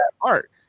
art